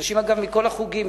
אנשים מכל החוגים,